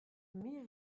mes